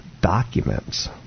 documents